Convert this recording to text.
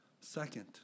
Second